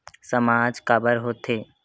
सामाज काबर हो थे?